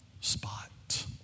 spot